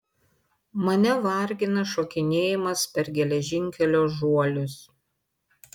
mane vargina šokinėjimas per geležinkelio žuolius